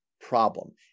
problem